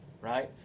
right